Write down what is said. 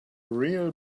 real